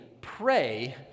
pray